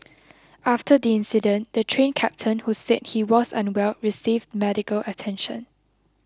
after the incident the Train Captain who said he was unwell received medical attention